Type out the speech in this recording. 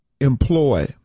employ